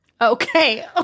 Okay